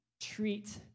treat